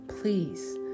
Please